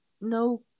no